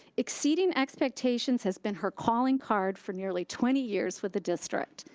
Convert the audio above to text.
exceeding expectations has been her calling card for nearly twenty years with the district.